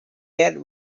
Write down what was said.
that